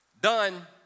done